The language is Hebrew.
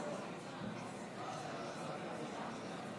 להצבעה על הבעת אי-אמון בממשלה של סיעת המחנה הממלכתי.